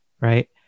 right